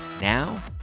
Now